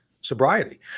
sobriety